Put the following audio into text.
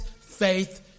faith